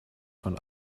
von